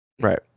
right